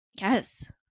Yes